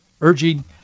urging